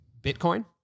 Bitcoin